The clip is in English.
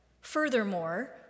Furthermore